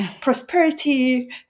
prosperity